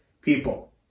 people